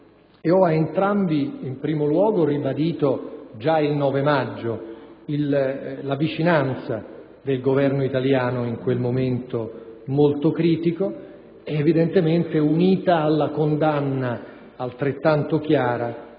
Ad entrambi ho in primo luogo ribadito, già il nove maggio, la vicinanza del Governo italiano in quel momento molto critico, vicinanza evidentemente unita alla condanna, altrettanto chiara,